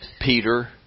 Peter